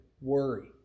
worry